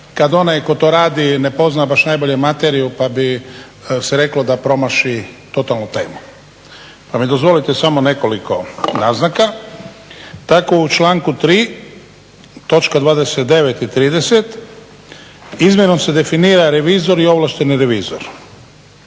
kad onaj tko to radi ne pozna baš najbolje materiju pa bi se reklo da promaši totalno temu. Pa mi dozvolite samo nekoliko naznaka. Tako u članku 3. točka 29. i 30. izmjenom se definira revizor i ovlašteni revizor.